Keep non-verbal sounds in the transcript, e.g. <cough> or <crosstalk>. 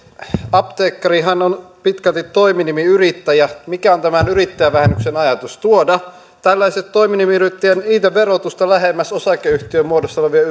apteekkarihan on pitkälti toiminimiyrittäjä mikä on tämän yrittäjävähennyksen ajatus tuoda tällaisten toiminimiyrittäjien verotusta lähemmäs osakeyhtiömuodossa olevien <unintelligible>